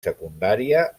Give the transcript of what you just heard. secundària